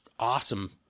awesome